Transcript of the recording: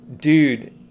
dude